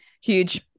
huge